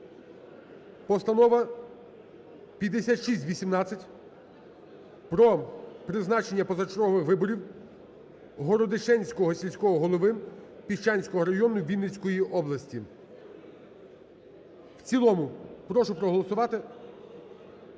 Постанова 5618 про призначання позачергових виборів Городищенського сільського голови Піщанського району Вінницької області. В цілому прошу проголосувати.